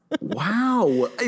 wow